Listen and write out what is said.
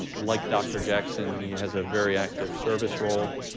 like dr. jackson, he has a very active service role,